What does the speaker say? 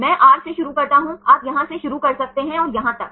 मैं आर से शुरू करता हूं आप यहां से शुरू कर सकते हैं और यहां तक